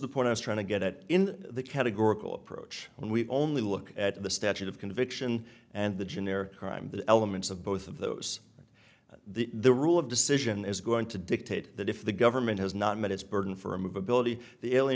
the point i was trying to get at in the categorical approach when we only look at the statute of conviction and the generic crime elements of both of those the the rule of decision is going to dictate that if the government has not met its burden for movability the